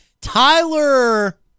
Tyler